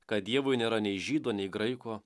kad dievui nėra nei žydo nei graiko